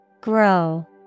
Grow